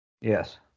Yes